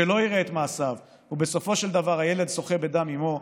שלא יראה את מעשיו ובסופו של דבר הילד שוחה בדם אימו,